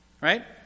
right